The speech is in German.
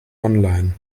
online